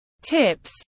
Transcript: tips